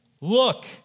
Look